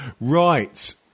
Right